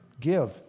give